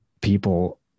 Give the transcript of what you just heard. people